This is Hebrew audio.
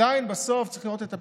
עדיין, בסוף צריך לראות את הפתרון.